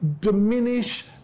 diminish